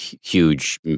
huge